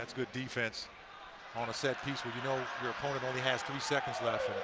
good defense on a set piece where you know your opponent only has three seconds left.